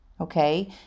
Okay